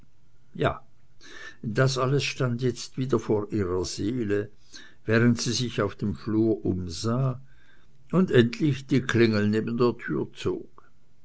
ja das alles stand jetzt wieder vor ihrer seele während sie sich auf dem flur umsah und endlich die klingel neben der tür